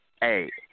hey